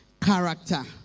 character